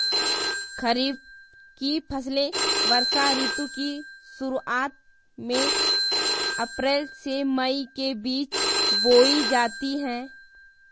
खरीफ की फसलें वर्षा ऋतु की शुरुआत में, अप्रैल से मई के बीच बोई जाती हैं